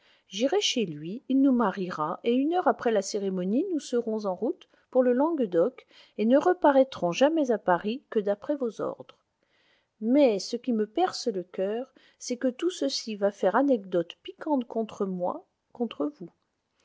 j'irai chez lui il nous mariera et une heure après la cérémonie nous serons en route pour le languedoc et ne reparaîtrons jamais à paris que d'après vos ordres mais ce qui me perce le coeur c'est que tout ceci va faire anecdote piquante contre moi contre vous